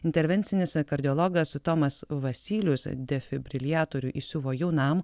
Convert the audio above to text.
intervencinis kardiologas tomas vasylius defibriliatorių įsiuvo jaunam